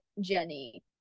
Jenny